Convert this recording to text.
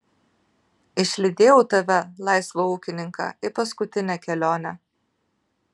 išlydėjau tave laisvą ūkininką į paskutinę kelionę